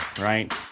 right